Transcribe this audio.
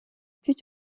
plus